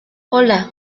hola